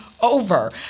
over